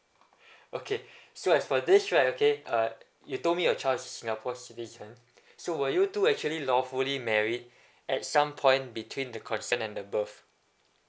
okay so as for this right okay uh you told me your child is singapore citizen so were you two actually lawfully married at some point between the concern and above